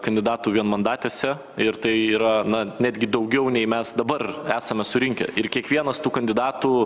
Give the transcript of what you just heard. kandidatų vienmandatėse ir tai yra na netgi daugiau nei mes dabar esame surinkę ir kiekvienas tų kandidatų